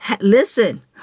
listen